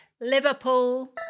Liverpool